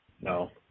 No